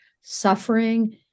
suffering